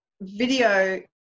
video